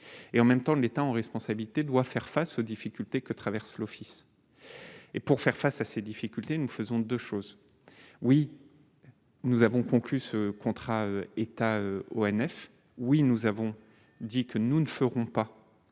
et en même temps l'État en responsabilité doit faire face aux difficultés que traverse l'office et pour faire face à ces difficultés, nous faisons 2 choses : oui, nous avons conclu ce contrat État ONF oui, nous avons dit que nous ne ferons pas